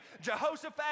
Jehoshaphat